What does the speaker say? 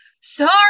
sorry